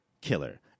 killer